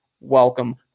welcome